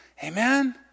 amen